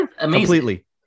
completely